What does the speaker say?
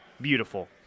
Beautiful